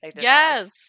Yes